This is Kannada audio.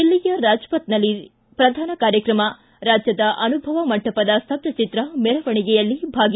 ದಿಲ್ಲಿಯ ರಾಜಪಥ್ದಲ್ಲಿ ಪ್ರಧಾನ ಕಾರ್ಯಕ್ರಮ ರಾಜ್ಯದ ಅನುಭವ ಮಂಟಪದ ಸ್ತಬ್ದಚಿತ್ರ ಮೆರವಣಿಗೆಯಲ್ಲಿ ಭಾಗಿ